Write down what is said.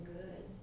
good